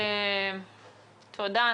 תודה,